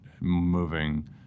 moving